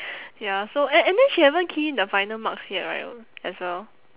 ya so and and then she haven't key in the final marks yet right as well